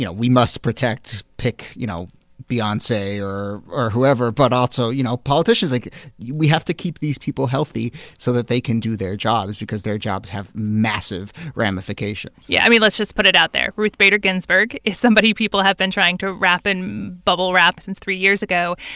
you know we must protect you know beyonce, or or whoever. but also you know politicians. like we have to keep these people healthy so that they can do their jobs because their jobs have massive ramifications yeah, let's just put it out there. ruth bader ginsburg is somebody people have been trying to wrap in bubble wrap since three years ago.